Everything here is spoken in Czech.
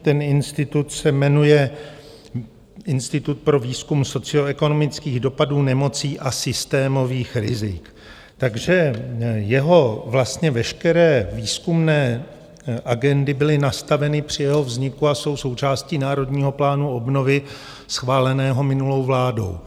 Ten institut se jmenuje Institut pro výzkum socioekonomických dopadů nemocí a systémových rizik, takže jeho veškeré výzkumné agendy byly nastaveny při jeho vzniku a jsou součástí Národního plánu obnovy schváleného minulou vládou.